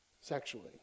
sexually